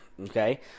okay